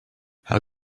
how